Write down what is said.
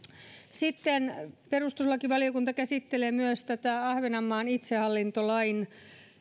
perustuslakivaliokunta käsittelee myös ahvenanmaan itsehallintolain